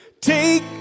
Take